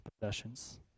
possessions